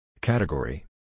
Category